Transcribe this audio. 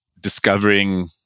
discovering